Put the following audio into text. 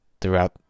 throughout